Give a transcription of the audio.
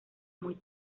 muy